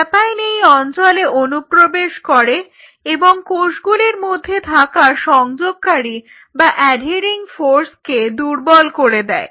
papain এই অঞ্চলে অনুপ্রবেশ করে এবং কোষগুলির মধ্যে থাকা সংযোগকারী বা অ্যাঢেরিং ফোর্সকে দুর্বল করে দেয়